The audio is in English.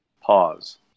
Pause